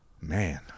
Man